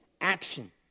action